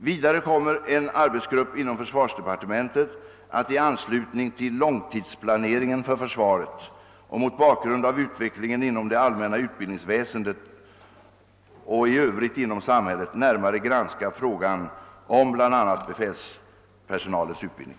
Vidare kommer en arbetsgrupp inom försvarsdepartementet att i anslutning till långtidsplaneringen för försvaret och mot bakgrund av utvecklingen inom det allmänna utbildningsväsendet och i övrigt inom samhället närmare granska frågan om bl.a. befälspersonalens utbildning.